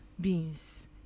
beans